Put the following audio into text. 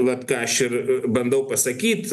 vat ką aš ir bandau pasakyt